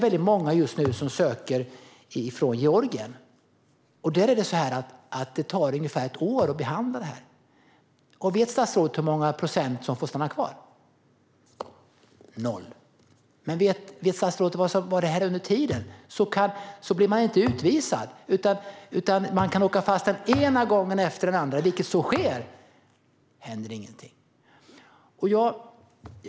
Väldigt många från Georgien söker just nu asyl. Det tar ungefär ett år att behandla det. Vet statsrådet hur många procent som får stanna kvar? 0 procent. Vet statsrådet vad som händer under tiden? Man kan åka fast den ena gången efter den andra, vilket också sker, utan att bli utvisad. Ingenting händer.